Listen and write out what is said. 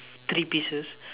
three pieces